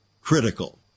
critical